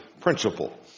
principle